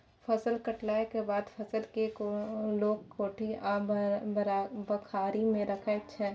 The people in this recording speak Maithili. फसल कटलाक बाद फसल केँ लोक कोठी आ बखारी मे राखै छै